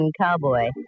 cowboy